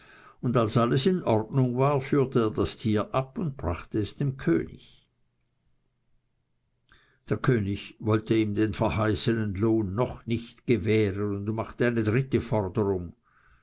und als alles in ordnung war führte er das tier ab und brachte es dem könig der könig wollte ihm den verheißenen lohn noch nicht gewähren und machte eine dritte forderung